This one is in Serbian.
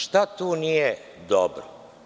Šta tu nije dobro?